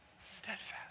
steadfast